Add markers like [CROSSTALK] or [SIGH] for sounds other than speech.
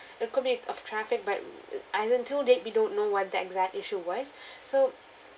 it could be of traffic but uh until date we don't know what the exact issue was [BREATH] so